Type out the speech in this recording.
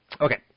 Okay